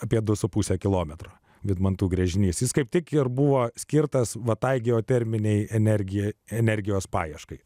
apie du su puse kilometro vydmantų gręžinys kaip tik ir buvo skirtas va tai geoterminei energijai energijos paieškai